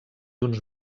uns